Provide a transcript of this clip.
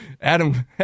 Adam